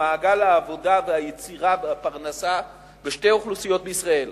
במעגל העבודה והיצירה והפרנסה בשתי אוכלוסיות בישראל,